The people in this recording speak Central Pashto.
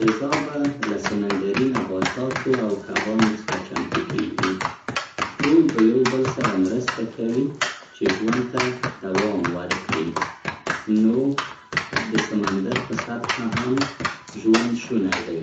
غذا به له سمندري نباتاتو او کبانو څخه چمتو کېږي. ټول به یو بل سره مرسته کوي چې ژوند ته دوام ورکړي. نو د سمندر په سطحه هم ژوندی شونی دی.